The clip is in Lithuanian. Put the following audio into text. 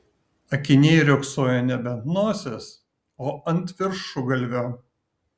akiniai riogsojo nebe ant nosies o ant viršugalvio